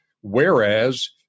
Whereas